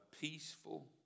peaceful